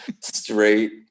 straight